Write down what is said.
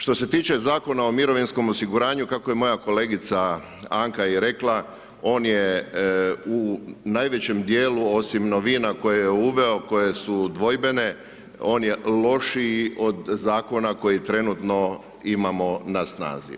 Što se tiče Zakona o mirovinskom osiguranju, kako je moja kolegica Anka i rekla, on je u najvećem dijelu, osim novina koje je uveo, koje su dvojbene, on je lošiji od Zakona koji trenutno imamo na snazi.